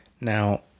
Now